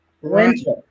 winter